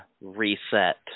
reset